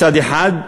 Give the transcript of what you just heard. מצד אחד,